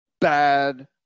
bad